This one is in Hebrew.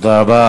תודה רבה.